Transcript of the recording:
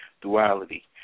duality